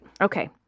okay